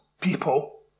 people